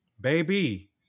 baby